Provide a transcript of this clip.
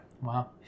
wow